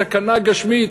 סכנה גשמית,